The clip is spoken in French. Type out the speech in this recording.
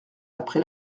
après